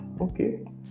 okay